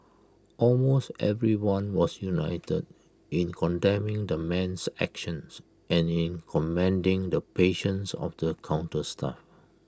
almost everyone was united in condemning the man's actions and in commending the patience of the counter staff